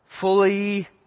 fully